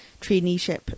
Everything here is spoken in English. traineeship